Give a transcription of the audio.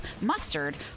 mustard